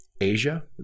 Asia